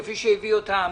שלום.